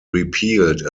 repealed